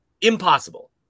Impossible